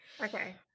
Okay